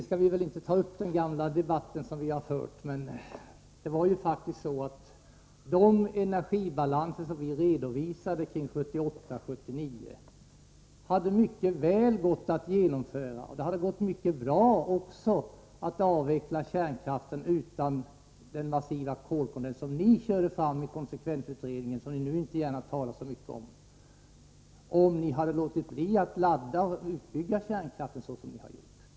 Vi skall väl inte ta upp den gamla debatt som vi har fört, men det var faktiskt så, att de energibalanser som vi redovisade kring åren 1978-1979 mycket väl hade gått att genomföra. Det hade också gått mycket bra att avveckla kärnkraften utan den massiva användningen av kolkondens som ni körde fram i konsekvensutredningen och som ni nu inte gärna talar så mycket om — under förutsättning att ni låtit bli att ladda och att bygga ut kärnkraften på det sätt som ni har gjort.